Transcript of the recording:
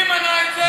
מי מנע את זה?